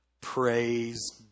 Praise